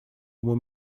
ему